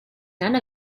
none